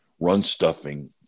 run-stuffing –